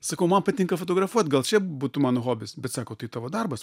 sakau man patinka fotografuot gal čia būtų mano hobis bet sako tai tavo darbas